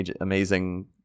amazing